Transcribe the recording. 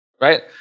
right